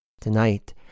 Tonight